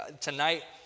tonight